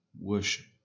worship